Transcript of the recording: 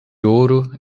ouro